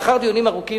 לאחר דיונים ארוכים,